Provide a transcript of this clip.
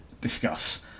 discuss